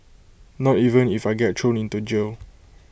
not even if I get thrown into jail